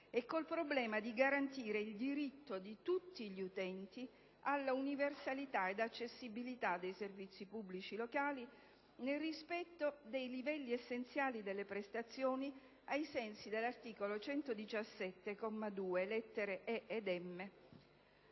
e con il problema di garantire il diritto di tutti gli utenti alla universalità ed accessibilità dei servizi pubblici locali nel rispetto dei livelli essenziali delle prestazioni, ai sensi dell'articolo 117, comma 2, lettere *e*)